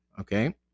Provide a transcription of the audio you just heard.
okay